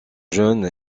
jeune